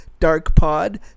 DARKPOD